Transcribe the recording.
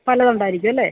പലതുണ്ടായിരിക്കും അല്ലേ